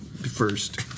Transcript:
first